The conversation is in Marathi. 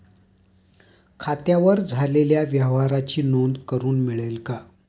खात्यावर झालेल्या व्यवहाराची नोंद करून मिळेल का?